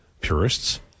purists